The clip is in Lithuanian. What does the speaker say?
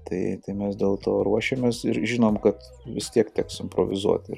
tai mes dėl to ruošiamės ir žinom kad vis tiek teks improvizuoti